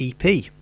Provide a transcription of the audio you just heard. EP